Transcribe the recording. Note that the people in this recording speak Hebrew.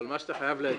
אבל מה שאתה חייב להדגיש,